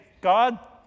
God